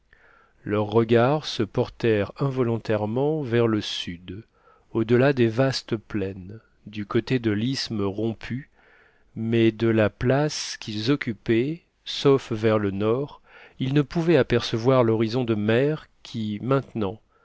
leurs regards se portèrent involontairement vers le sud au-delà des vastes plaines du côté de l'isthme rompu mais de la place qu'ils occupaient sauf vers le nord ils ne pouvaient apercevoir l'horizon de mer qui maintenant